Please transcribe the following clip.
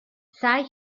سعی